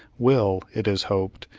will, it is hoped,